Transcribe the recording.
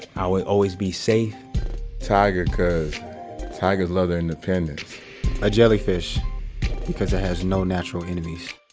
i would always be safe tiger cause tigers love their independence a jellyfish because it has no natural enemies